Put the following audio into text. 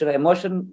emotion